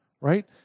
right